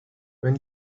when